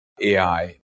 AI